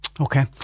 Okay